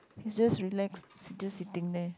he's just relaxed he's just sitting there